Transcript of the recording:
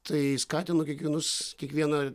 tai skatino kiekvienus kiekvieną